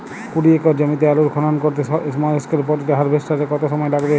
কুড়ি একর জমিতে আলুর খনন করতে স্মল স্কেল পটেটো হারভেস্টারের কত সময় লাগবে?